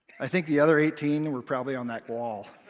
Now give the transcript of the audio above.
i think the other eighteen and were probably on that wall.